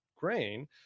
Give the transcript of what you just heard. grain